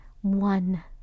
one